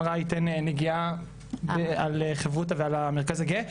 המרה יתן נגיעה על חברותא והמרכז הגאה.